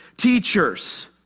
teachers